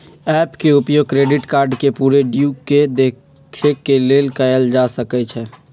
app के उपयोग credit card के पूरे ड्यू के देखे के लेल कएल जा सकइ छै